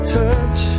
touch